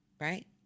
Right